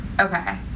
Okay